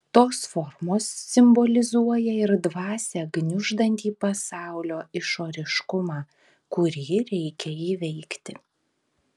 tos formos simbolizuoja ir dvasią gniuždantį pasaulio išoriškumą kurį reikia įveikti